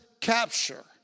capture